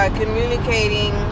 communicating